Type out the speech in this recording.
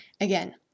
Again